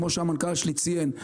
כמו שהמנכ"ל שלי ציין,